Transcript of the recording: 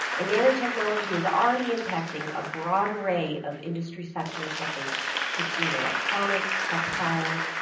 and nanotechnology is already impacting a broad array of industry sectors such as consumer electronics, textiles,